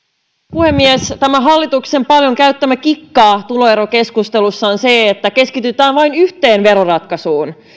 puhemies tämä hallituksen paljon käyttämä kikka tuloerokeskustelussa on se että keskitytään vain yhteen veroratkaisuun